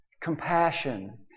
compassion